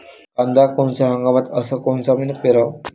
कांद्या कोनच्या हंगामात अस कोनच्या मईन्यात पेरावं?